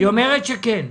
היא אומרת שכן.